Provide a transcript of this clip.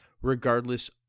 Regardless